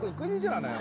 good news yeah